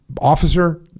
officer